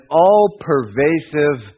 all-pervasive